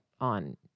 on